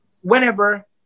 whenever